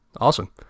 Awesome